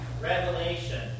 Revelation